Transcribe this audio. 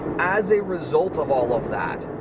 as a result of all of that,